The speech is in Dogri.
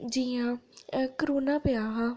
जि'यां अ कोरोना पेआ हा